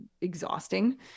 exhausting